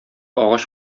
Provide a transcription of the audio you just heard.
агач